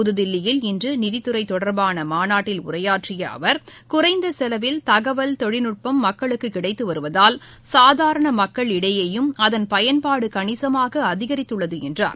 புதுதில்லியில் இன்று நிதித்துறை தொடர்பான மாநாட்டில் உரையாற்றிய அவர் குறைந்த செலவில் தகவல் தொழில்நுட்பம் மக்களுக்கு கிடைத்து வருவதால் சாதாரண மக்களிடையேயும் அதன் பயன்பாடு கணிசமாக அதிகரித்துள்ளது என்றார்